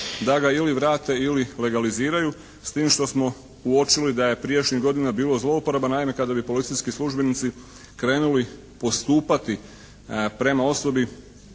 da ga ili vrate ili legaliziraju s tim što smo uočili da je prijašnjih godina bilo zlouporaba. Naime, kada bi policijski službenici krenuli postupati prema osobi